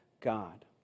god